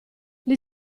gli